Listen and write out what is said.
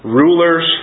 rulers